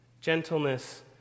gentleness